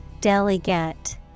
Delegate